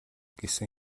гэсэн